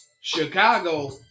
Chicago